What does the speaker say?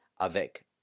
avec